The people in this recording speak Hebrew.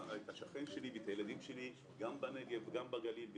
השכן שלי ואת הילדים שלי גם בנגב וגם בגליל.